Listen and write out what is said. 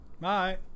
Bye